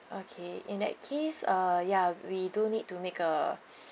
okay in that case uh ya we do need to make a